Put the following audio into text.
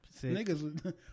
Niggas